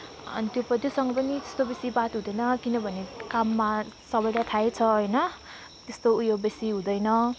अनि त्योसँग पनि त्यस्तो बेसी बात हुँदैन किनभने काममा सबैलाई थाहै छ होइन त्यस्तो उयो बेसी हुँदैन